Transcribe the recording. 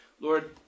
Lord